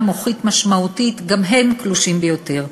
מוחית משמעותית גם היא קלושה ביותר.